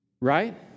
right